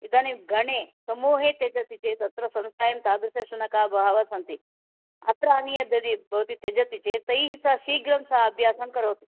इदानीं गणे समूहे त्यजति चेत् अत्र संस्थायां तादृशाः शुनकाः बहवः सन्ति अत्र अनीय यदि भवति त्यजति चेत् तैः सा शीघ्रं सा अभ्यासं करोति